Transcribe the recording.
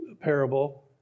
parable